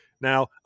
Now